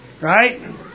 right